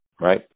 right